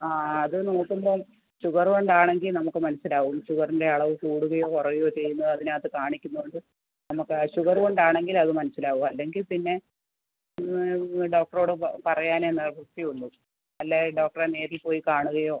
ആ ആ അത് നോക്കുമ്പോൾ ഷുഗറ് കൊണ്ട് ആണെങ്കിൽ നമ്മൾക്ക് മനസ്സിലാകും ഷുഗറിൻ്റെ അളവ് കൂടുകയോ കുറയുകയോ ചെയ്യുന്നത് അതിനകത്ത് കാണിക്കുന്നതുകൊണ്ട് നമ്മൾക്ക് ആ ഷുഗറ് കൊണ്ട് ആണെങ്കിൽ അത് മനസ്സിലാകും അല്ലെങ്കിൽ പിന്നെ ഡോക്ടറോട് പറയാനെ നിവർത്തി ഉള്ളൂ അല്ലേൽ ഡോക്ടറെ നേരിൽ പോയി കാണുകയോ